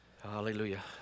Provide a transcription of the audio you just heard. Hallelujah